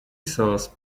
sauce